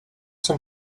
son